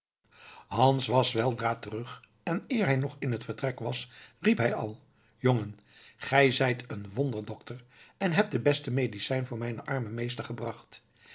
hans was weldra terug en eer hij nog in het vertrek was riep hij al jongen gij zijt een wonder dokter en hebt de beste medicijn voor mijnen armen meester gebracht